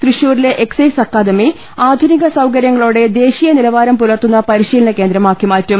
തൃശൂരിലെ excise academy ആധുനിക സൌകര്യങ്ങ ളോടെ ദേശീയ നിലവാരം പുലർത്തുന്ന പരിശീലന കേന്ദ്രമാക്കി മാറ്റും